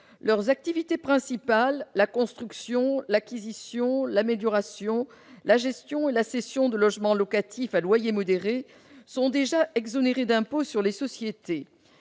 leurs activités principales- la construction, l'acquisition, l'amélioration, la gestion et la cession de logements locatifs à loyer modéré -sont déjà exonérées d'impôt sur les sociétés.